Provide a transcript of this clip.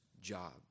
job